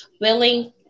willing